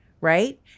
Right